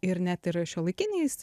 ir net ir šiuolaikiniais